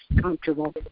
comfortable